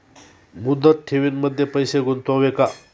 मुदत ठेवींमध्ये पैसे गुंतवावे का?